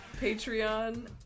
patreon